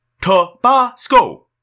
Tabasco